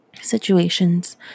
situations